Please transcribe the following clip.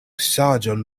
saĝon